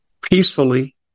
peacefully